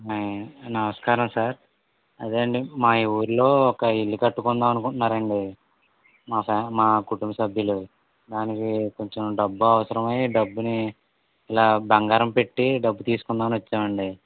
నమస్కారం సార్ అదే అండి మా ఊళ్ళో ఒక ఇల్లు కట్టుకుందాం అని అనుకుంటున్నారు అండి మా ప్యా కుటుంబ సభ్యులు దానికి కొంచెం డబ్బు అవసరం అయ్యి డబ్బుని ఇలా బంగారం పెట్టి డబ్బు తీసుకుందాం అని వచ్చాను అండి